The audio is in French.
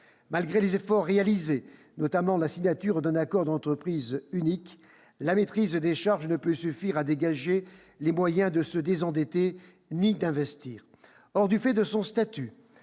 Malgré les efforts réalisés, notamment la signature d'un accord d'entreprise unique, la maîtrise des charges ne peut suffire à dégager les moyens de se désendetter ni d'investir.